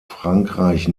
frankreich